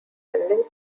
branding